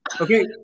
Okay